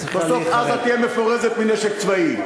בסוף עזה תהיה מפורזת מנשק צבאי.